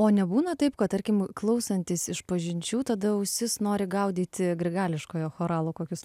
o nebūna taip kad tarkim klausantis išpažinčių tada ausis nori gaudyti grigališkojo choralo kokius